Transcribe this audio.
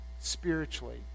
spiritually